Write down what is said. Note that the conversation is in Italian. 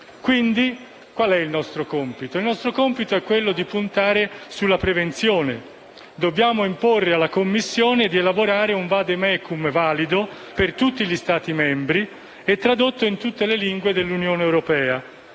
civile. Il nostro compito è quindi quello di puntare sulla prevenzione. Dobbiamo imporre alla Commissione di elaborare un *vademecum* valido per tutti gli Stati membri e tradotto in tutte le lingue dell'Unione europea,